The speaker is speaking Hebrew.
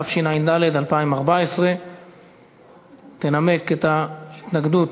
התשע"ד 2014. תנמק את ההתנגדות,